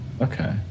Okay